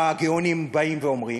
הגאונים באים ואומרים?